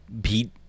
beat